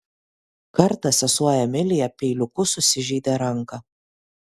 kartą sesuo emilija peiliuku susižeidė ranką